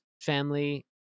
family